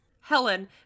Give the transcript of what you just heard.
Helen